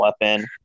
weapon